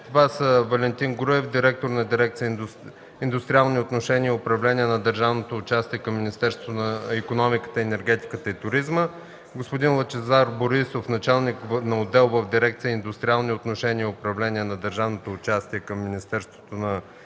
Това са: Валентин Груев – директор на дирекция „Индустриални отношения и управление на държавното участие” към Министерството на икономиката, енергетиката и туризма, господин Лъчезар Борисов – началник на отдел в дирекция „Индустриални отношения и управление на държавното участие” към Министерството на икономиката,